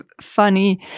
funny